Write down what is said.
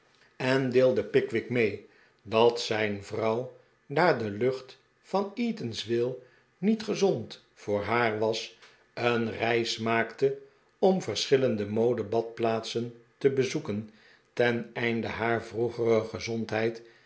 en deelde pickwick mee dat zijn vrouw daar de lucht van eatanswill niet gezond voor haar was een reis maakte om verschillende mode badplaatsen te bezoeken ten einde haar vroegere gezondheid